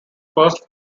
first